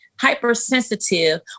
hypersensitive